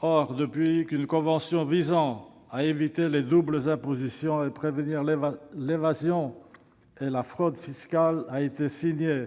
Or, depuis qu'une convention visant à éviter les doubles impositions et à prévenir l'évasion et la fraude fiscales a été signée